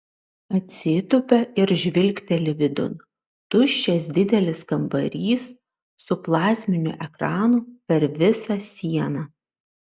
atsitūpia ir žvilgteli vidun tuščias didelis kambarys su plazminiu ekranu per visą sieną